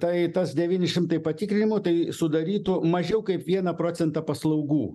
tai tas devyni šimtai patikrinimų tai sudarytų mažiau kaip vieną procentą paslaugų